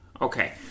okay